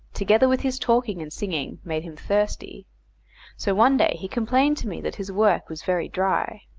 together with his talking and singing, made him thirsty so one day he complained to me that his work was very dry.